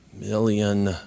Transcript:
million